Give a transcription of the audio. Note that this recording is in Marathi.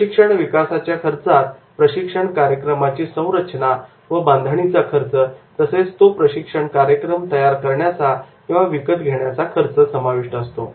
प्रशिक्षण विकासाच्या खर्चात प्रशिक्षण कार्यक्रमाची संरचना व बांधणीचा खर्च तसेच तो प्रशिक्षण कार्यक्रम तयार करण्याचा किंवा विकत घेण्याचा खर्च समाविष्ट असतो